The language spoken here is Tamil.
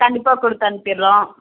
கண்டிப்பாக கொடுத்தனுப்பிடுறோம்